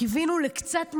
קיווינו לקצת מנהיגות,